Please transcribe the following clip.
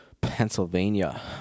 Pennsylvania